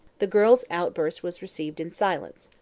the girl's outburst was received in silence,